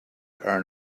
earn